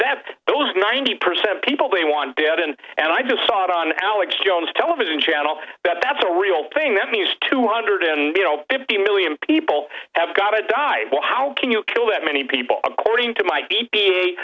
that those ninety percent people they want dead end and i just saw it on alex jones television channel that that's a real thing that means two hundred and fifty million people have got to die well how can you kill that many people according to my